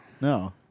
No